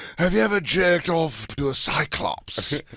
have you ever jerked off to a cyclops.